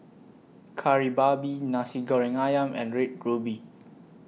Kari Babi Nasi Goreng Ayam and Red Ruby